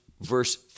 verse